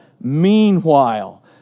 meanwhile